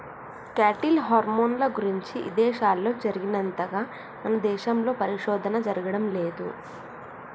cattle హార్మోన్ల గురించి ఇదేశాల్లో జరిగినంతగా మన దేశంలో పరిశోధన జరగడం లేదు